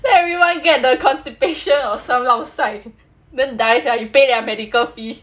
then everyone get the constipation or some lao sai then dies sia then you pay their medical fee